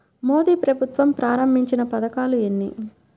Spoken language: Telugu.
మోదీ ప్రభుత్వం ప్రారంభించిన పథకాలు ఎన్ని?